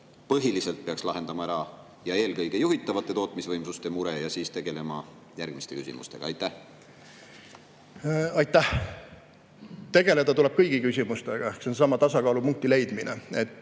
eelkõige peaks lahendama ära juhitavate tootmisvõimsuste mure ja siis tegelema järgmiste küsimustega? Aitäh! Tegeleda tuleb kõigi küsimustega. [See on] seesama tasakaalupunkti leidmine.